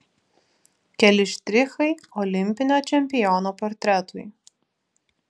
keli štrichai olimpinio čempiono portretui